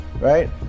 right